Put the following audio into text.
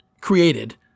created